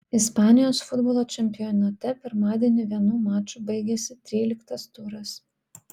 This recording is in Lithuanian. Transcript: ispanijos futbolo čempionate pirmadienį vienu maču baigėsi tryliktas turas